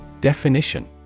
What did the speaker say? Definition